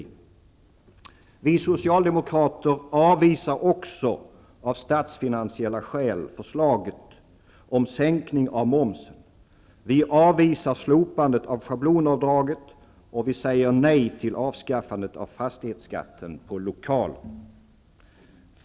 Vi socialdemokrater avvisar också av statsfinansiella skäl förslaget om sänkning av momsen. Vi avvisar slopandet av schablonavdraget, och vi säger nej till avskaffandet av fastighetsskatten på lokaler.